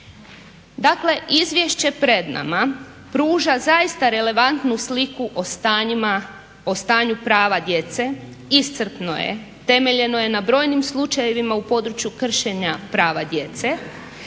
Dakle, izvješće pred nama pruža zaista relevantnu sliku o stanju prava djece, iscrpno je, temeljeno je na brojnim slučajevima u području kršenja prava djece,